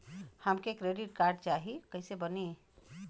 हमके credit card चाही कैसे बनी?